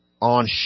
on